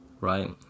right